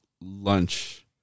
lunch